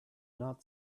not